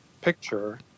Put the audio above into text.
picture